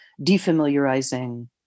defamiliarizing